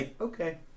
okay